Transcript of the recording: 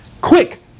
quick